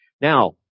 Now